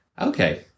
okay